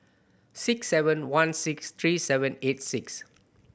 six seven one six three seven eight six